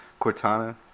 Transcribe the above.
Cortana